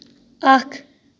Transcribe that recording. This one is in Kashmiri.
اَکھ